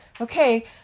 okay